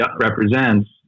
represents